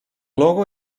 logo